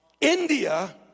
India